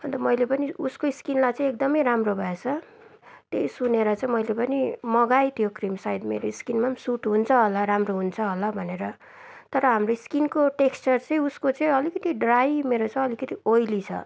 अन्त मैले पनि उसको स्किनलाई चाहिँ एकदम राम्रो भएछ त्यही सुनेर चाहिँ मैले पनि मगाए त्यो क्रिम सायद मेरो स्किनमा सुट हुन्छ होला राम्रो हुन्छ होला भनेर तर हाम्रो स्किनको टेक्स्चर चाहिँ उसको चाहिँ अलिकति ड्राइमा रहेछ मेरो चाहिँ अलिकति ओइली छ